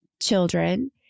children